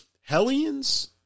Hellions